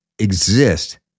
exist